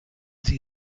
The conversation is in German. sie